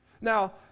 Now